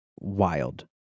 Wild